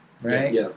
Right